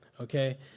Okay